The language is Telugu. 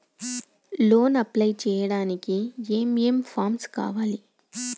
లోన్ అప్లై చేయడానికి ఏం ఏం ఫామ్స్ కావాలే?